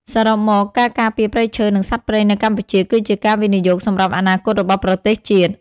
សរុបមក ការការពារព្រៃឈើ និងសត្វព្រៃនៅកម្ពុជាគឺជាការវិនិយោគសម្រាប់អនាគតរបស់ប្រទេសជាតិ។